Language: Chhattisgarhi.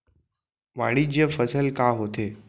वाणिज्यिक फसल का होथे?